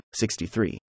63